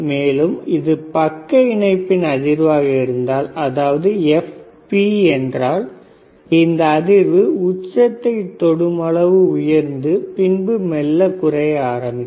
மேலும் இது பக்க இணைப்பின் அதிர்வாக இருந்தால் அதாவது Fp என்றால் இந்த அதிர்வு உச்சத்தைத் தொடும் அளவு உயர்ந்து பின்பு மெல்ல குறைய ஆரம்பிக்கும்